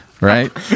right